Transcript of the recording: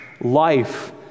Life